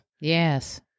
Yes